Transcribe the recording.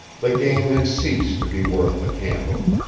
the game had ceased to be worth the candle.